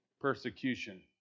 persecution